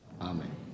Amen